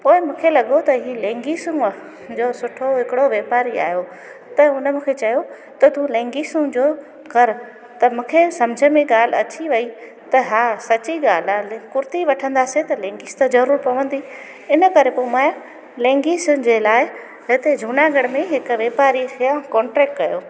पोइ मूंखे लॻो त हीअ लैंगीस आहे जो सुठो हिकिड़ो वापारी आहियो त उन मूंखे चयो त तूं लैंगीसुनि जो कर त मूंखे सम्झ में ॻाल्हि अची वई त हा सची ॻाल्हि आहे ले कुर्ती वठंदासीं त लैंगीस त ज़रूरु पवंदी इन करे पोइ मां लैंगीसुनि जे लाइ हिते जूनागढ़ में हिकु वापारी खे कॉंट्रेक कयो